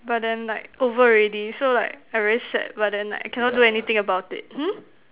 but then like over already so like I very sad but then like I cannot do anything about it hmm